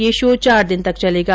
यह शो चार दिन तक चलेगा